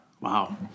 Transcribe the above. Wow